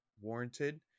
warranted